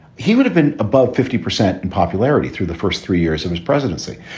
he would have been above fifty percent in popularity through the first three years of his presidency.